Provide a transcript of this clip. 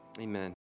Amen